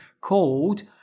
called